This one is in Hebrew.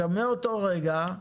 עכשיו מאותו רגע,